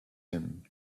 him